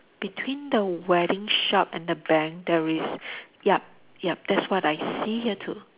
between the wedding shop and the bank there is yup yup that's what I see here too